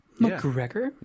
McGregor